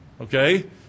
Okay